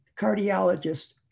cardiologist